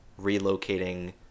relocating